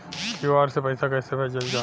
QR से पैसा कैसे भेजल जाला?